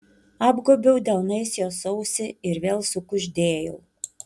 apgobiau delnais jos ausį ir vėl sukuždėjau